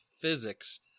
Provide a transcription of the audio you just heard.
physics